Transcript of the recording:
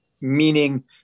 meaning